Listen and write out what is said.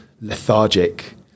lethargic